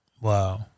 Wow